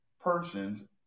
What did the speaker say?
persons